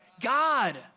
God